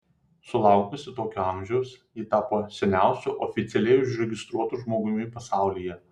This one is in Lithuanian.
sulaukusi tokio amžiaus ji tapo seniausiu oficialiai užregistruotu žmogumi pasaulyje